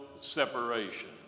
separation